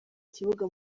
kibuga